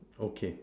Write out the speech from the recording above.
okay